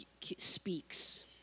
speaks